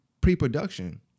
pre-production